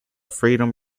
freedom